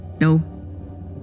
No